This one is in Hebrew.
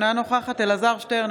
אינה נוכחת אלעזר שטרן,